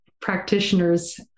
practitioners